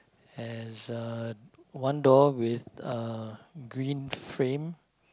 there's uh one door with a green frame